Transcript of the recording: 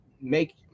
make